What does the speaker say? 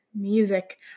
Music